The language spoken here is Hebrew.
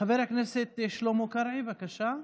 חבר הכנסת שלמה קרעי, בבקשה.